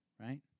right